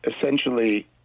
essentially